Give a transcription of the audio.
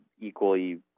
equally